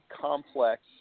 complex